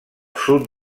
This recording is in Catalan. sud